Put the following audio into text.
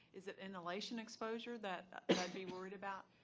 is it inhalation exposure that i'd be worried about?